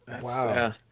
Wow